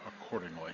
accordingly